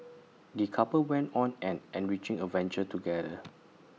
the couple went on an enriching adventure together